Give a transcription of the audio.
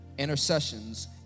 intercessions